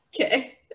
Okay